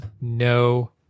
no